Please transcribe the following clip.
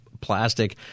plastic